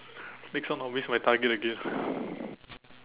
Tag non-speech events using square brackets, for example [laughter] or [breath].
next one I'll miss my target again [breath]